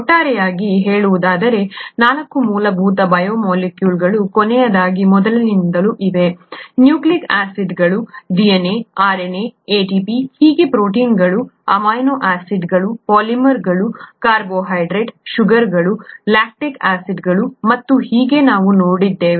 ಒಟ್ಟಾರೆಯಾಗಿ ಹೇಳುವುದಾದರೆ 4 ಮೂಲಭೂತ ಬಯೋಮಾಲಿಕ್ಯೂಲ್ಗಳು ಕೊನೆಯದಾಗಿ ಮೊದಲಿನಿಂದಲೂ ಇವೆ ನ್ಯೂಕ್ಲಿಯಿಕ್ ಆಸಿಡ್ಗಳು DNA RNA ATP ಹೀಗೆ ಪ್ರೋಟೀನ್ಗಳು ಅಮೈನೋ ಆಸಿಡ್ಗಳ ಪಾಲಿಮರ್ಗಳು ಕಾರ್ಬೋಹೈಡ್ರೇಟ್ ಶುಗರ್ಗಳು ಲ್ಯಾಕ್ಟಿಕ್ ಆಸಿಡ್ ಮತ್ತು ಹೀಗೆ ನಾವು ನೋಡಿದ್ದೇವೆ